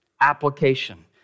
application